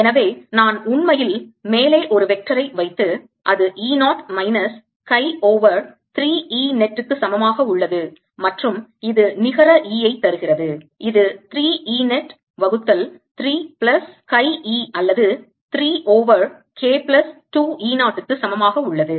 எனவே நான் உண்மையில் மேலே ஒரு வெக்டரை வைத்து அது E 0 minus chi over 3 e net க்கு சமமாக உள்ளது மற்றும் இது நிகர E ஐ தருகிறது இது 3 e net வகுத்தல் 3 பிளஸ் chi e அல்லது 3 ஓவர் K பிளஸ் 2 E 0 க்கு சமமாக உள்ளது